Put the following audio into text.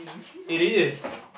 it is